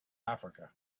africa